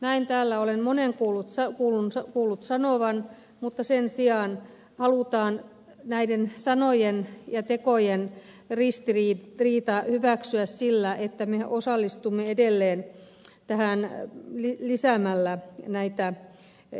näin täällä olen monen kuullut sanovan mutta sen sijaan halutaan näiden sanojen ja tekojen ristiriita hyväksyä sillä että me osallistumme edelleen tähän lisäämällä näitä joukkoja